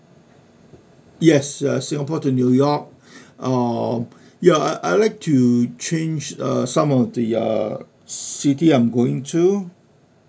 yes uh singapore to new york uh ya I I'd like to change uh some of the uh city I'm going to